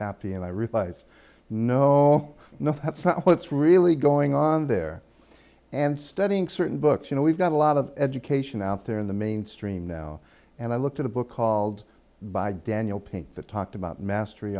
happy and i realized no nothing what's really going on there and studying certain books you know we've got a lot of education out there in the mainstream now and i looked at a book called by daniel pink that talked about mastery